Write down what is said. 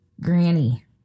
granny